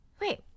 Wait